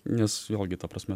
nes vėlgi ta prasme